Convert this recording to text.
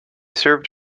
served